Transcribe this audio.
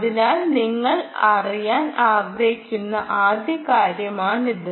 അതിനാൽ നിങ്ങൾ അറിയാൻ ആഗ്രഹിക്കുന്ന ആദ്യ കാര്യമാണിത്